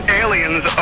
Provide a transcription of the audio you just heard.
aliens